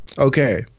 Okay